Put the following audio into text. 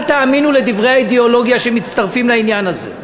אל תאמינו לדברי האידיאולוגיה שמצטרפים לעניין הזה.